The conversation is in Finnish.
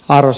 ars